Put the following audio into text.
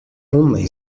only